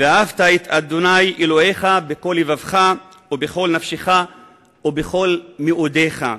ואהבת את ה' אלוהיך בכל לבבך ובכל נפשך ובכל מאודך,